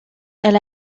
elle